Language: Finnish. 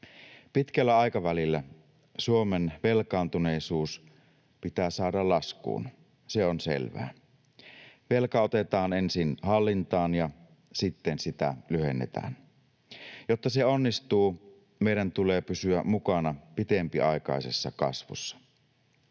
Pitkällä aikavälillä Suomen velkaantuneisuus pitää saada laskuun, se on selvää. Velka otetaan ensin hallintaan ja sitten sitä lyhennetään. Jotta se onnistuu, meidän tulee pysyä mukana pitempiaikaisessa kasvussa.